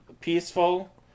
peaceful